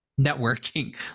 networking